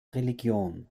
religion